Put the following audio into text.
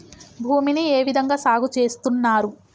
భూమిని ఏ విధంగా సాగు చేస్తున్నారు?